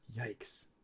Yikes